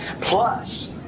plus